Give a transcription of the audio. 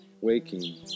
Waking